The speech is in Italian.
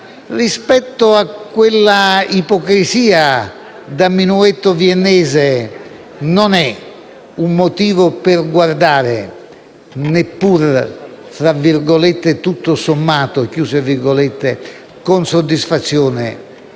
rispetto a quell'ipocrisia da minuetto viennese, non è un motivo per guardare, neppur "tutto sommato" con soddisfazione,